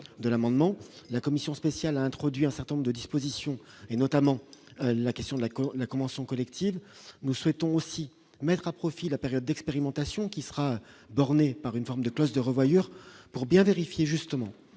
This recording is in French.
de l'amendement. La commission spéciale introduit un certain nombre de dispositions et notamment la question de la accord la convention collective, nous souhaitons aussi mettre à profit la période d'expérimentation qui sera borné par une forme de clause de revoyure pour bien vérifier justement